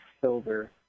silver